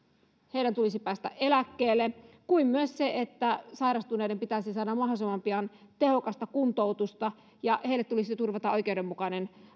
heidän tulisi päästä eläkkeelle niin kuin myös sairastuneiden pitäisi saada mahdollisimman pian tehokasta kuntoutusta ja heille tulisi turvata oikeudenmukainen